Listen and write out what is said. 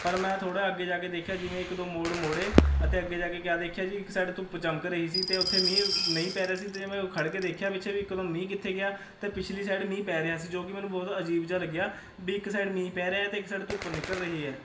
ਪਰ ਮੈਂ ਥੋੜ੍ਹਾ ਅੱਗੇ ਜਾ ਕੇ ਦੇਖਿਆ ਜਿਵੇਂ ਇੱਕ ਦੋ ਮੋੜ ਮੁੜੇ ਅਤੇ ਅੱਗੇ ਜਾ ਕੇ ਕਿਆ ਦੇਖਿਆ ਜੀ ਇੱਕ ਸਾਈਡ ਧੁੱਪ ਚਮਕ ਰਹੀ ਸੀ ਅਤੇ ਉੱਥੇ ਮੀਂਹ ਨਹੀਂ ਪੈ ਰਿਹਾ ਸੀ ਅਤੇ ਮੈਂ ਉਹ ਖੜ੍ਹਕੇ ਦੇਖਿਆ ਪਿੱਛੇ ਵੀ ਇਕਦਮ ਮੀਂਹ ਕਿੱਥੇ ਗਿਆ ਅਤੇ ਪਿਛਲੀ ਸਾਈਡ ਮੀਂਹ ਪੈ ਰਿਹਾ ਸੀ ਜੋ ਕਿ ਮੈਨੂੰ ਬਹੁਤ ਅਜੀਬ ਜਿਹਾ ਲੱਗਿਆ ਵੀ ਇੱਕ ਸਾਈਡ ਮੀਂਹ ਪੈ ਰਿਹਾ ਅਤੇ ਇੱਕ ਸਾਈਡ ਧੁੱਪ ਨਿਕਲ ਰਹੀ ਹੈ